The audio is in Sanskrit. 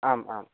आम् आं